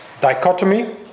dichotomy